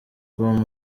com